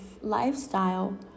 lifestyle